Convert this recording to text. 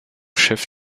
chef